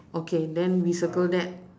okay then we circle that